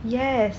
yes